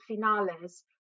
finales